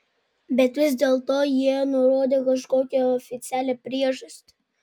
bet vis dėlto jie nurodė kažkokią oficialią priežastį